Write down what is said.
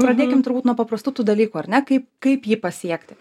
pradėkim turbūt nuo paprastų tų dalykų ar ne kaip kaip jį pasiekti